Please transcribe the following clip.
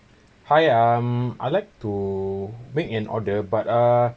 hi um I like to make in order but uh